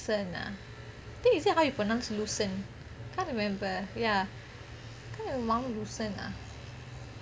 lucerne ah I think is it how you pronounce lucerne can't remember ya can't remember mount lucerne ah